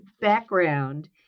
background